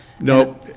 No